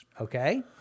Okay